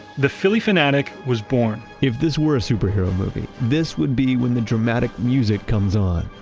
the philly fanatic was born. if this were a superhero movie this would be when the dramatic music comes on,